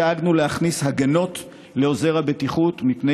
דאגנו להכניס הגנות לעוזר הבטיחות מפני